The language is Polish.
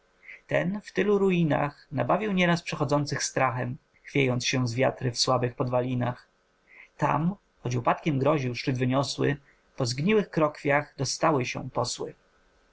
ten w tylu ruinach nabawił nie raz przechodzących strachem chwiejąc się z wiatry w słabych podwalinach tam choć upadkiem groził szczyt wyniosły po zgniłych krokwiach dostały się posły